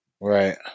right